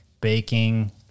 baking